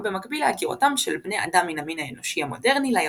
במקביל להגירתם של בני-אדם מן המין האנושי המודרני ליבשת.